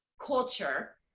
culture